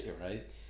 Right